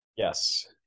Yes